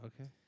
Okay